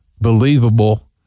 believable